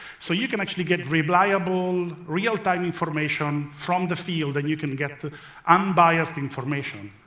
so you can actually get reliable real-time information from the field, and you can get unbiased information.